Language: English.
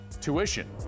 tuition